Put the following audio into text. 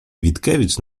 witkiewicz